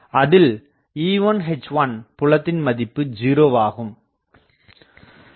அதில் E1 H1 புலத்தின் மதிப்பு 0 ஆகும்